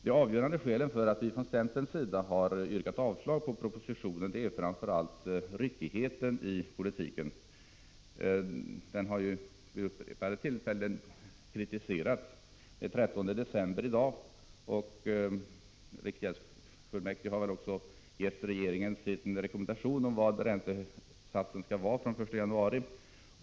Det avgörande skälet till att vi från centerns sida har yrkat avslag på propositionen är ryckigheten i politiken, som det vid upprepade tillfällen har riktats kritik mot. Det är i dag den 13 december. Riksgäldsfullmäktige har väl gett regeringen sin rekommendation om vilken räntesats som skall gälla från den 1 januari.